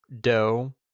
dough